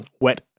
wet